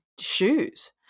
shoes